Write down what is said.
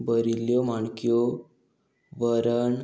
बरिल्ल्यो माणक्यो वरण